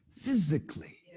physically